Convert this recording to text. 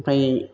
ओमफ्राय